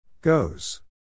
Goes